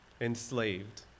enslaved